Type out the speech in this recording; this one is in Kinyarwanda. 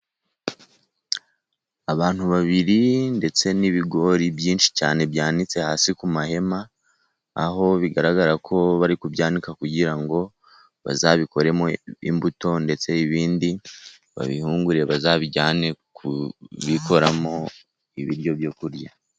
Abantu babiri ndetse n'ibigori byinshi cyane byanitse hasi ku mahema aho bigaragara ko bari kubyanika kugira ngo bazabikoremo imbuto ndetse ibindi babihungurire bazabijyane kubikoramo ibiryo byo kurya.